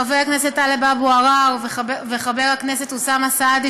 חבר הכנסת טלב אבו עראר וחבר הכנסת אוסאמה סעדי,